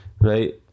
right